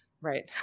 Right